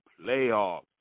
playoffs